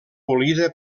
polida